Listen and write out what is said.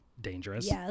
dangerous